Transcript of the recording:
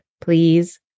please